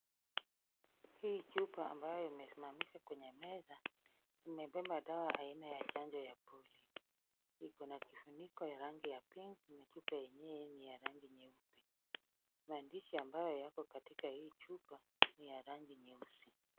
Hii chupa ambayo imesimamishwa kwenye meza imebeba dawa aina ya chanjo ya polio. Iko na kifuniko ya rangi ya pink na chupa yenyewe ni ya rangi nyeupe. Maandishi ambayo yako katika hii chupa ni ya rangi nyeusi.